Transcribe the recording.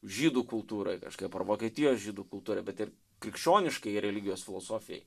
žydų kultūroj kažkaip ar vokietijos žydų kultūroj bet ir krikščioniškajai religijos filosofijai